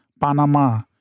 Panama